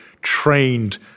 trained